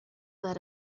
that